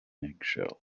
eggshell